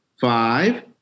five